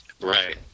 Right